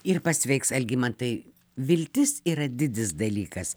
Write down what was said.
ir pasveiks algimantai viltis yra didis dalykas